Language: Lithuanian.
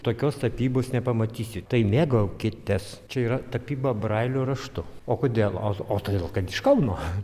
tokios tapybos nepamatysit tai mėgaukitės čia yra tapyba brailio raštu o kodėl o todėl kad iš kauno